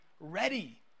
ready